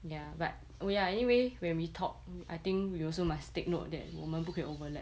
ya but ya anyway when we talk I think we also must take note that 我们不可以 overlap